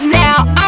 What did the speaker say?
now